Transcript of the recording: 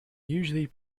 usually